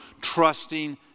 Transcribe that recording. trusting